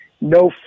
no